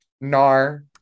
Nar